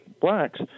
blacks